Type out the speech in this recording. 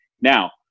Now